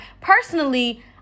Personally